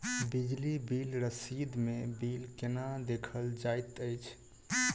बिजली बिल रसीद मे बिल केना देखल जाइत अछि?